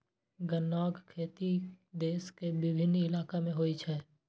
गन्नाक खेती देश के विभिन्न इलाका मे होइ छै